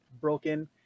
broken